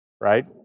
Right